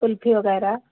कुल्फी वग़ैरह